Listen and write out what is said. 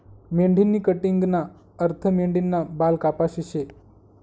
मेंढीनी कटिंगना अर्थ मेंढीना बाल कापाशे शे